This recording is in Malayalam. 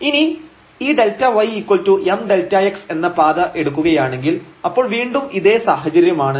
lim┬Δρ→0⁡〖1√Δx2Δy2 Δx32Δy3Δx2Δy2 Δx2 Δy〖lim〗┬Δρ→0 Δx Δy2 2Δx2 Δy〖Δx2〖Δy2 32 ഇനി ഈ ΔymΔx എന്ന പാത എടുക്കുകയാണെങ്കിൽ അപ്പോൾ വീണ്ടും ഇതേ സാഹചര്യമാണ്